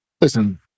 Listen